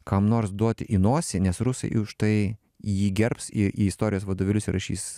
kam nors duot į nosį nes rusai už tai jį gerbs į į istorijos vadovėlius įrašys